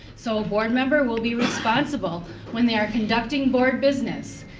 so, board member will be responsible when they are conducting board business,